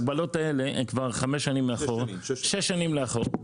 ההגבלות האלה הן כבר שש שנים לאחור.